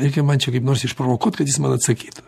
reikia man čia kaip nors jį išprovokuot kad jis man atsakytų